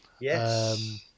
yes